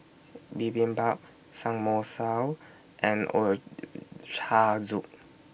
Bibimbap Samgeyopsal and Ochazuke